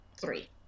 three